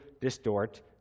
distort